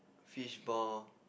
fishball